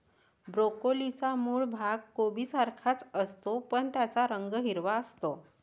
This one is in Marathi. ब्रोकोलीचा मूळ भाग कोबीसारखाच असतो, पण त्याचा रंग हिरवा असतो